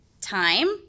time